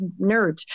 nerds